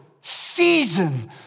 season